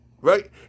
right